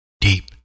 Deep